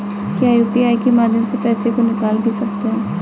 क्या यू.पी.आई के माध्यम से पैसे को निकाल भी सकते हैं?